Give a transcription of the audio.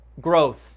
growth